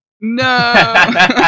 No